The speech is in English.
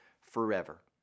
forever